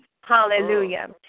Hallelujah